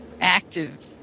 active